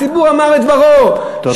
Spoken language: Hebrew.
הציבור אמר את דברו, תודה.